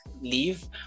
leave